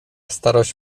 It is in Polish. starość